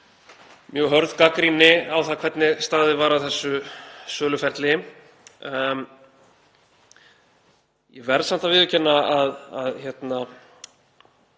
mjög hörð gagnrýni á það hvernig staðið var að þessu söluferli. Ég verð samt að viðurkenna að mér